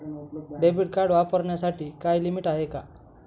Debit card वापरण्यासाठी काही limit आहे का?